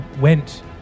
went